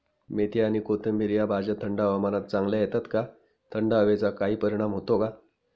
मेथी आणि कोथिंबिर या भाज्या थंड हवामानात चांगल्या येतात का? थंड हवेचा काही परिणाम होतो का?